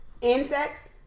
Insects